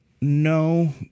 No